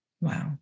Wow